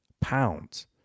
pounds